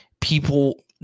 People –